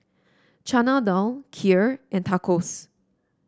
Chana Dal Kheer and Tacos